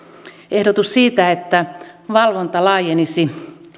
ehdotus siitä että valvonta laajenisi